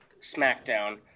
SmackDown